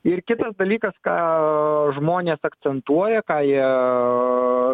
ir kitas dalykas ką žmonės akcentuoja ką jie